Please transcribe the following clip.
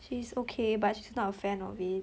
she's okay but she's not a fan of it